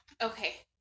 Okay